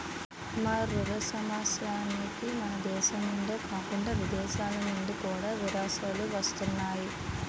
మా వృద్ధాశ్రమానికి మనదేశం నుండే కాకుండా విదేశాలనుండి కూడా విరాళాలు వస్తున్నాయి